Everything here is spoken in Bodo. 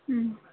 उम